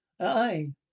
aye